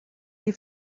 die